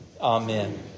Amen